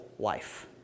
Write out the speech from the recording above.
life